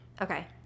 Okay